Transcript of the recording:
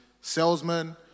salesman